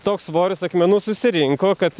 toks svoris akmenų susirinko kad